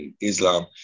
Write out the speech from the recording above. Islam